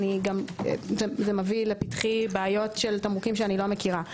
זה מביא לפתחי בעיות של תמרוקים שאיני מכירה.